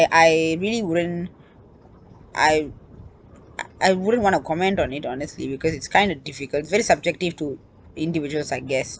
I really wouldn't I I wouldn't want to comment on it honestly because it's kind of difficult very subjective to individuals I guess